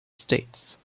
states